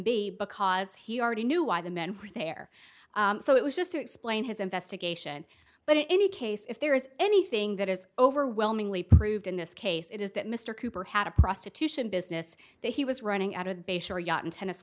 b because he already knew why the men were there so it was just to explain his investigation but in any case if there is anything that is overwhelmingly proved in this case it is that mr cooper had a prostitution business that he was running out of the bay shore yacht in tennis